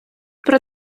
про